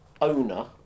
owner